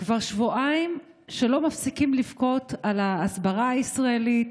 כבר שבועיים שלא מפסיקים לבכות על ההסברה הישראלית: